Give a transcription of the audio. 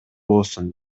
болсун